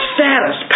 Status